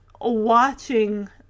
watching